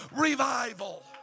revival